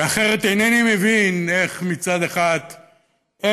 כי אחרת אינני מבין איך מצד אחד הם